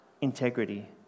integrity